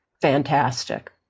fantastic